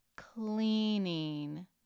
cleaning